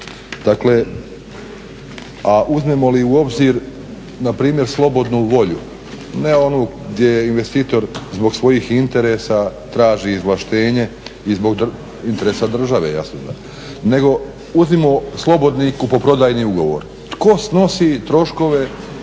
dakle a uzmemo li u obzir npr. slobodnu volju, ne onu gdje je investitor zbog svojih interesa traži izvlaštenje, interesa države jasno, nego uzmimo slobodni kupoprodajni ugovor, tko snosi troškove